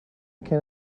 can